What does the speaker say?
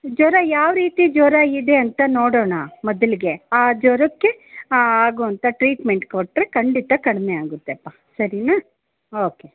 ಜ್ವರ ಯಾವ ರೀತಿ ಜ್ವರ ಇದೆ ಅಂತ ನೋಡೋಣ ಮೊದಲಿಗೆ ಆ ಜ್ವರಕ್ಕೆ ಆಗುವಂಥ ಟ್ರೀಟ್ಮೆಂಟ್ ಕೊಟ್ಟರೆ ಖಂಡಿತ ಕಡಿಮೆಯಾಗುತ್ತಪ್ಪಾ ಸರಿನಾ ಓಕೆ